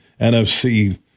NFC